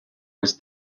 was